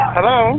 Hello